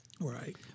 Right